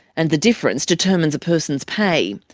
and the difference determines a person's pay.